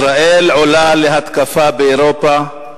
ישראל עולה להתקפה באירופה,